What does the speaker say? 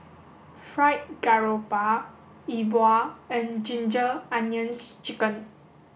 fried garoupa E Bua and ginger onions chicken